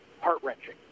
heart-wrenching